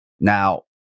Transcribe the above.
Now